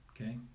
okay